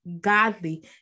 godly